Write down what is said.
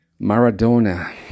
Maradona